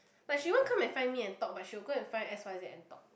like she want come and find me and talk but she will go and find X_Y_Z and talk